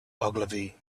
ogilvy